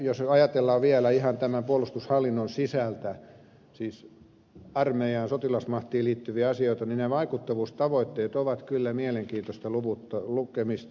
jos ajatellaan vielä ihan tämän puolustushallinnon sisällä siis armeijaan sotilasmahtiin liittyviä asioita niin nämä vaikuttavuustavoitteet ovat kyllä mielenkiintoista lukemista